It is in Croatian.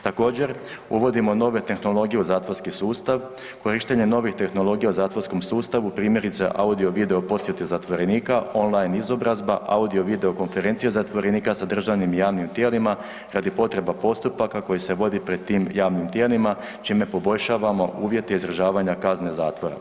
Također, uvodimo nove tehnologije u zatvorski sustav, korištenjem novih tehnologija u zatvorskom sustavu primjerice audio video posjete zatvorenika, online izobrazba, audio video konferencije zatvorenika sa državnim i javnim tijelima kad je potreba postupaka koji se vodi pred tim javnim tijelima čime poboljšavamo uvjete izdržavanja kazne zatvora.